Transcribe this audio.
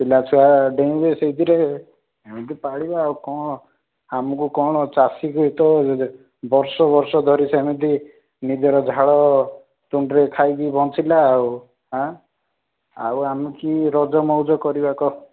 ପିଲା ଛୁଆ ଡେଇଁବେ ସେଇଥିରେ ଏମିତି ପାଳିବା ଆଉ କଣ ଆମକୁ କଣ ଚାଷୀକୁ ତ ବର୍ଷ ବର୍ଷ ଧରି ସେମିତି ନିଜର ଝାଳ ତୁଣ୍ଡରେ ଖାଇକି ବଞ୍ଚିଲା ଆଉ ଆଁ ଆଉ ଆମେ କି ରଜ ମଉଜ କରିବା କହ